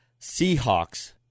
Seahawks